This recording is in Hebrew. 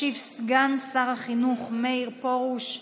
ישיב סגן שר החינוך מאיר פרוש.